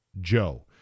Joe